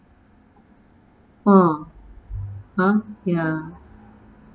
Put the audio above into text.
hor !huh! ya